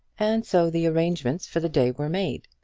and so the arrangements for the day were made.